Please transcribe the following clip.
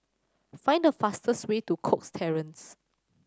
find the fastest way to Cox Terrace